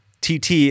TT